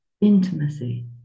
intimacy